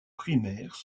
primaires